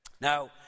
Now